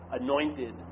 anointed